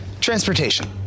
Transportation